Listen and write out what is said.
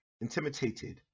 intimidated